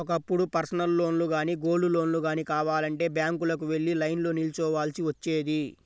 ఒకప్పుడు పర్సనల్ లోన్లు గానీ, గోల్డ్ లోన్లు గానీ కావాలంటే బ్యాంకులకు వెళ్లి లైన్లో నిల్చోవాల్సి వచ్చేది